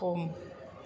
सम